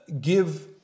give